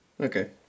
Okay